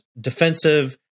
defensive